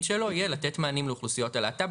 שלו יהיה לתת מענים לאוכלוסיות הלהט"ב.